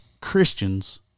Christians